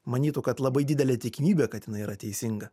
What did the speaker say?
manytų kad labai didelė tikimybė kad jinai yra teisinga